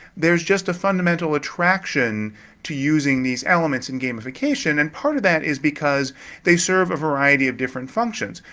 there's just a fundamental attraction to using these elements in gamification, and part of that is because they serve a variety of different functions.